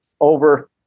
over